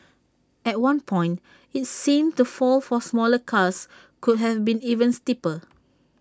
at one point IT seemed the fall for smaller cars could have been even steeper